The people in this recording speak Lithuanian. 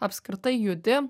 apskritai judi